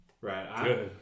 Right